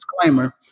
disclaimer